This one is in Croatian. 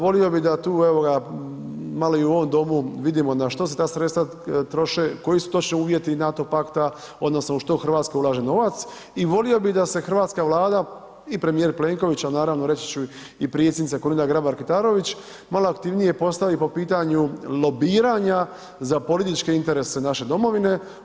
Volio bi da tu evo ga malo i u ovom domu vidimo na što se ta sredstva troše, koji su točno uvjeti NATO pakta odnosno u što Hrvatska ulaže novac i volio bi da se Hrvatska vlada i premijer Plenković, a naravno reći ću i predsjednica Kolinda Grabar Kitarović malo aktivnije postavi po pitanju lobiranja za političke interese naše domovine.